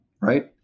right